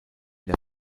der